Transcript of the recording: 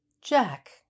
Jack